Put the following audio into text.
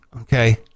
Okay